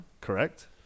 correct